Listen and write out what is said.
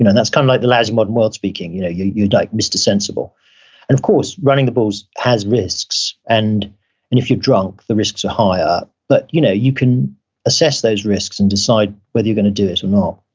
and that's kind of like the lousy modern world speaking. you know you're you're like mr. sensible. and of course, running the bulls has risks and if you're drunk the risks are higher, but you know you can assess those risks and decide whether you're gonna do it or not.